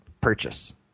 purchase